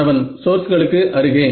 மாணவன் சோர்ஸ்களுக்கு அருகே